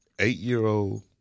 Eight-year-old